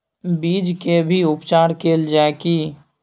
बीज के भी उपचार कैल जाय की?